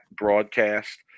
broadcast